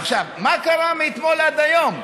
עכשיו, מה קרה מאתמול עד היום?